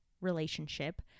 relationship